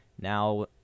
now